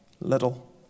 little